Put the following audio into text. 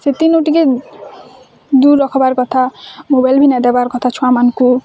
ସେଥିନୁ ଟିକେ ଦୂର୍ ରଖ୍ବାର କଥା ମୋବାଇଲ୍ ବି ନାଇଁ ଦବାର କଥା ଛୁଆମାନଙ୍କୁ